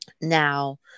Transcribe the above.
Now